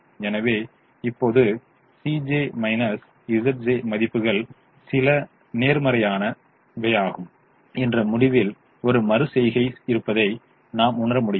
எனவே இப்போது மதிப்புகள் சில நேர்மறையானவை என்ற முடிவில் ஒரு மறு செய்கை இருப்பதை நாம் உணர முடிகிறது